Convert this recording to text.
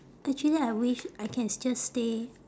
actually I wish I can s~ just stay